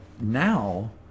now